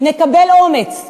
נקבל אומץ.